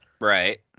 Right